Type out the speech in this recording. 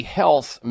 health